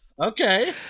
Okay